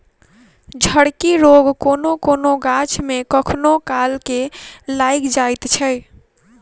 झड़की रोग कोनो कोनो गाछ मे कखनो काल के लाइग जाइत छै